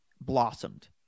blossomed